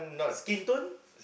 skin tone